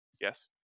yes